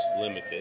limited